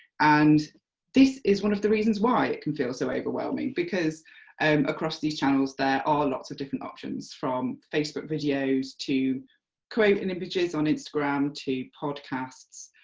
and this is one of the reasons why it can feel so overwhelming, because and across these channels there are lots of different options, from facebook videos to quote and images on instagram to podcasts.